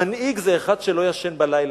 מנהיג זה אחד שלא ישן בלילה.